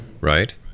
Right